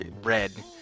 Red